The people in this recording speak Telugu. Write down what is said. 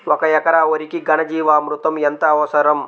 ఒక ఎకరా వరికి ఘన జీవామృతం ఎంత అవసరం?